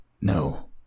no